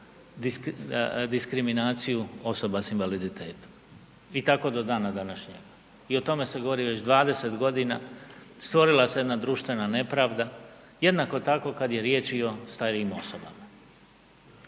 diskriminaciju osoba s invaliditetom i tako do dana današnjeg i o tome se govori već 20.g., stvorila se jedna društvena nepravda jednako tako kad je riječ i o starijim osobama.